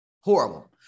Horrible